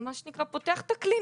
מה שנקרא, פותח את הקליניקה,